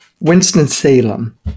Winston-Salem